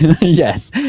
Yes